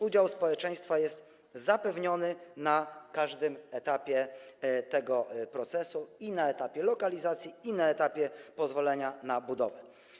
Udział społeczeństwa jest zapewniony na każdym etapie tego procesu: i na etapie lokalizacji, i na etapie pozwolenia na budowę.